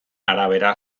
arabera